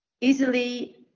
easily